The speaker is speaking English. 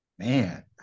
Man